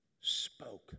spoke